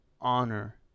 honor